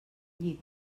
llit